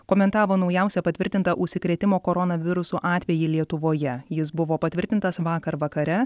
komentavo naujausią patvirtintą užsikrėtimo koronavirusu atvejį lietuvoje jis buvo patvirtintas vakar vakare